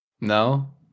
no